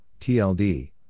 TLD